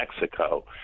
Mexico